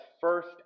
first